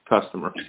customer